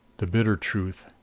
the bitter truth!